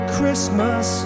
Christmas